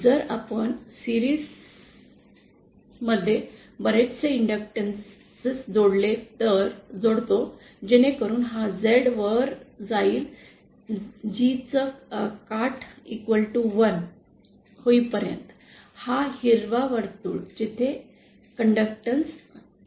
तर आपण मालिकेत बरेचसे इंडक्टॅन्स जोडतो जेणेकरून हा Z वर् जाईल G च् काठ 1 होईपर्यंत हा हिरवा वर्तुळ जेथे कडक्टॅन्स एक आहे